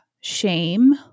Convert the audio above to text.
shame